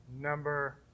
number